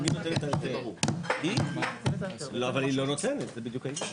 לכל אורך התקנות, מאז ומעולם.